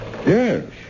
Yes